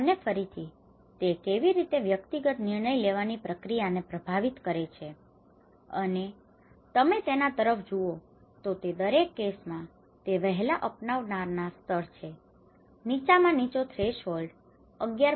અને ફરીથી તે કેવી રીતે વ્યક્તિગત નિર્ણય લેવાની પ્રક્રિયાને પ્રભાવિત કરે છે અને તમે તેના તરફ જુઓ તો તે દરેક કેસ માં તે વહેલા અપનાવનારના સ્તર છે નીચામાં નીચો થ્રેશહોલ્ડ 11